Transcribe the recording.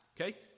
okay